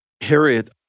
Harriet